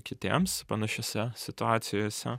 kitiems panašiose situacijose